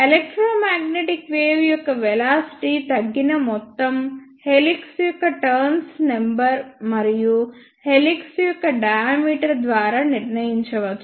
electromagnetic wave యొక్క velocity తగ్గిన మొత్తం హెలిక్స్ యొక్క టర్న్స్ సంఖ్య మరియు హెలిక్స్ యొక్క డయామీటర్ ద్వారా నిర్ణయించవచ్చు